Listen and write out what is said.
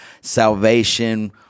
Salvation